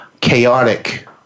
chaotic